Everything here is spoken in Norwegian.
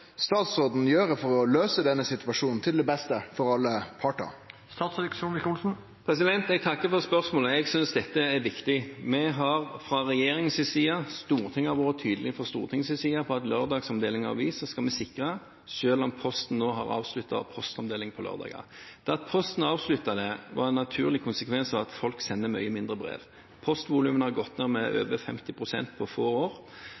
statsråden gjøre for å løse denne situasjonen til det beste for alle parter?» Jeg takker for spørsmålet. Jeg synes dette er viktig. Vi har fra regjeringens side – og Stortinget fra sin side – vært tydelige på at lørdagsomdeling av aviser skal vi sikre, selv om Posten har avsluttet sin postomdeling på lørdager. Det at Posten avsluttet det, var en naturlig konsekvens av at folk sender mye færre brev. Postvolumene har gått ned med over 50 pst. på få år.